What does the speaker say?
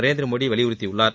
நரேந்திரமோடி வலியுறுத்தியுள்ளார்